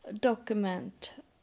document